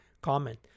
Comment